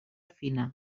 fina